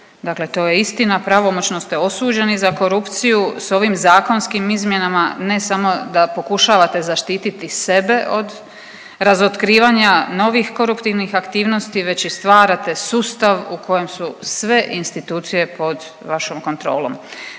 dakle to je istina, pravomoćno ste osuđeni za korupciju sa ovim zakonskim izmjenama ne samo da pokušavate zaštititi sebe od razotkrivanja novih koruptivnih aktivnosti već i stvarate sustav u kojem su sve institucije pod vašom kontrolom.